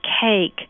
cake